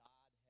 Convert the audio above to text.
God